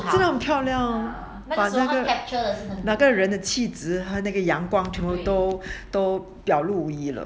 真的很漂亮把那个人的气质那个阳光全部都都表露一了